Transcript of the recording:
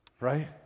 right